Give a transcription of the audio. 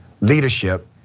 leadership